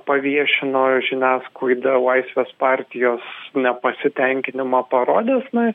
paviešino žiniasklaida laisvės partijos nepasitenkinimą parodęs na